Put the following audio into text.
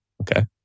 Okay